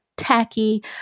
tacky